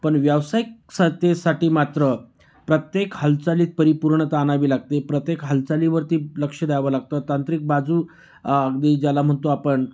पण व्यावसायिक स तेसाठी मात्र प्रत्येक हालचालीत परिपूर्णता आणावी लागते प्रत्येक हालचालीवरती लक्ष द्यावं लागतं तांत्रिक बाजू अगदी ज्याला म्हणतो आपण